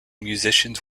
musicians